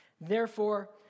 Therefore